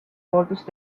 hooldust